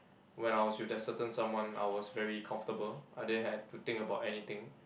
when I was with that certain someone I was very comfortable I didn't had to think about anything